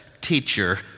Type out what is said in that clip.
teacher